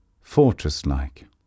fortress-like